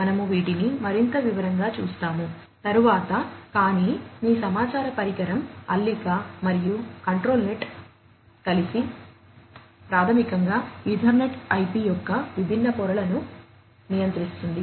మనము వీటిని మరింత వివరంగా చూస్తాము తరువాత కానీ మీ సమాచార పరికరం అల్లిక మరియు కంట్రోల్ నెట్ కలిసి ప్రాథమికంగా ఈథర్నెట్ IP యొక్క విభిన్న పొరలను నియంత్రిస్తుంది